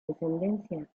descendencia